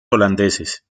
holandeses